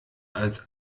als